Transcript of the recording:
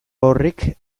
horrek